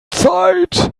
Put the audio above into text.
zeit